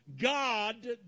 God